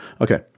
Okay